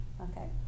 Okay